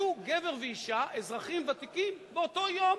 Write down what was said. יהיו גבר ואשה אזרחים ותיקים באותו יום.